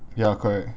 ya correct